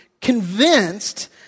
convinced